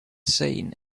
seen